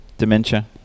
Dementia